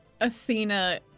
Athena